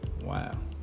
Wow